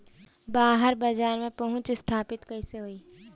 बाहर बाजार में पहुंच स्थापित कैसे होई?